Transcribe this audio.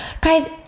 guys